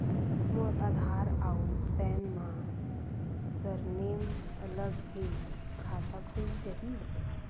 मोर आधार आऊ पैन मा सरनेम अलग हे खाता खुल जहीं?